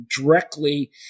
directly